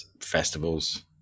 festivals